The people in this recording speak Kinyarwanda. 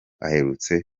aherutse